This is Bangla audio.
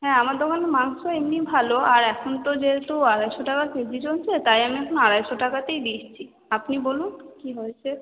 হ্যাঁ আমার দোকানের মাংস এমনি ভালো আর এখন তো যেহেতু আড়াইশো টাকা কেজি চলেছে তাই আমি এখন আড়াইশো টাকাতেই বেচছি আপনি বলুন কি হয়েছে